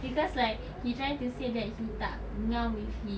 cause like he trying to say that he tak ngam with his